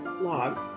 log